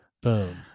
Boom